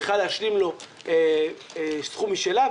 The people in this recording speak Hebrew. צריכה להשלים לו סכום משלה.